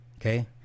Okay